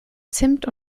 zimt